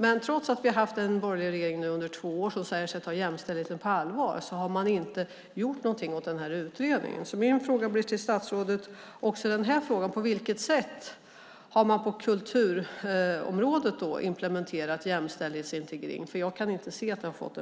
Men trots att vi har haft en borgerlig regering under två år som säger sig ta jämställdheten på allvar, har man inte gjort någonting åt den här utredningen. Min fråga till statsrådet blir på vilket sätt man på kulturområdet har implementerat jämställdhetsintegrering, för jag kan inte se att den har fått